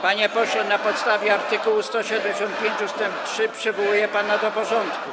Panie pośle, na podstawie art. 175 ust. 3 przywołuję pana do porządku.